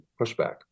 pushback